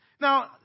Now